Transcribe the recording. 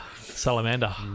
Salamander